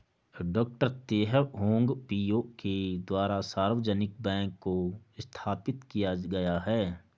डॉ Teh Hong Piow के द्वारा सार्वजनिक बैंक को स्थापित किया गया है